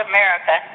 America